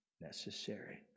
necessary